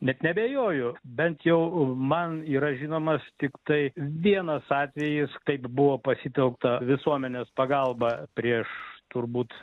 net neabejoju bent jau man yra žinomas tiktai vienas atvejis kaip buvo pasitelkta visuomenės pagalba prieš turbūt